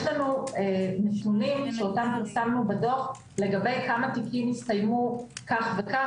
יש לנו נתונים שפרסמנו בדוח לגבי כמה תיקים הסתיימו כך וכך.